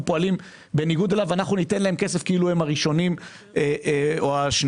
פועלים בניגוד לחוק ונותנים להם כסף כאילו הם הראשונים או השניים.